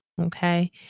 Okay